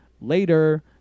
later